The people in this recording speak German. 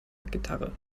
gitarre